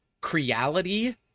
Creality